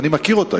ואני מכיר אותה,